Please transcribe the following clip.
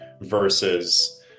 versus